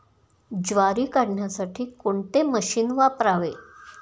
ज्वारी काढण्यासाठी कोणते मशीन वापरावे?